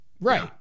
Right